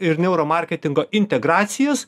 ir neuro marketingo integracijus